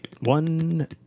One